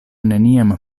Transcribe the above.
neniam